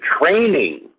training